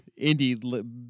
indie